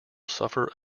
suffer